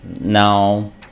now